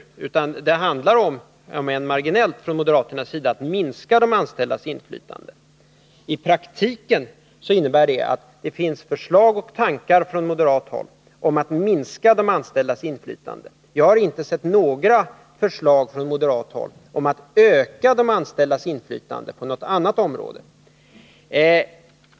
I praktiken handlar det om att man från moderaternas sida vill minska de anställdas inflytande, om än marginellt. Det finns troligen sådana tankar och förslag på moderat håll. Jag har nämligen inte på något annat område sett några förslag från moderaterna om att öka de anställdas inflytande.